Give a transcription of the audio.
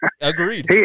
Agreed